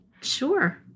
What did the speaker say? Sure